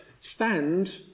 stand